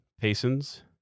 Payson's